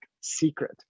secret